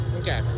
Okay